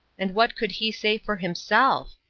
and what could he say for himself?